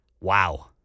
Wow